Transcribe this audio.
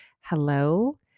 hello